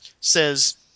says